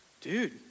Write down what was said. Dude